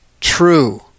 true